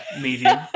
medium